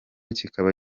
kikaba